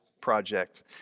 Project